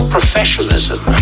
professionalism